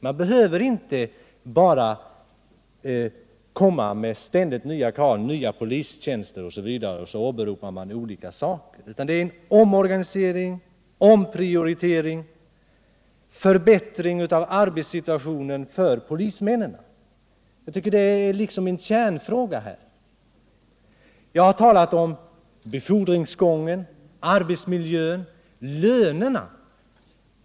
Man behöver inte bara, under åberopande av olika saker, komma med ständigt nya krav på nya polistjänster osv. Det gäller att åstadkomma en omorganisation, en omprioritering och en förbättring av arbetssituationen för polisen. Detta är kärnfrågorna. Jag har talat om befordringsgången, arbetsmiljön och lönerna.